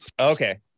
Okay